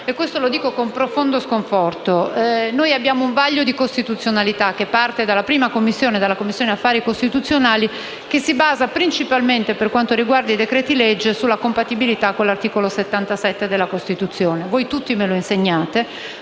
e lo dico con profondo sconforto. Noi abbiamo un vaglio di costituzionalità che parte dalla Commissione affari costituzionali e si basa principalmente, per quanto riguarda i decreti-legge, sulla compatibilità con l'articolo 77 della Costituzione. Come voi tutti mi insegnate,